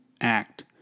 act